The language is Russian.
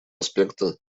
аспекта